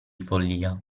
follia